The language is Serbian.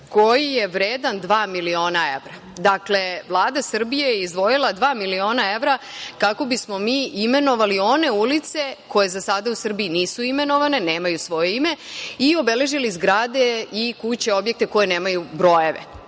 koji je vredan dva miliona evra. Dakle, Vlada Srbije je izdvojila dva miliona evra kako bi smo mi imenovali one ulice koje za sada u Srbiji nisu imenovane, nemaju svoje ime i obeležili zgrade i kuće, objekte koji nemaju brojeve,